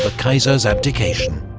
ah kaiser's abdication.